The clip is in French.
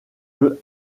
peut